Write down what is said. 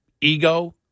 ego